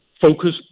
focus